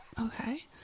Okay